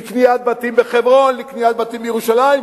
לקניית בתים בחברון, לקניית בתים בירושלים,